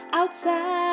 outside